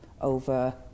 over